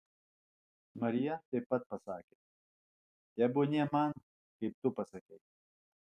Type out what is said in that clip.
marija taip pat pasakė tebūnie man kaip tu pasakei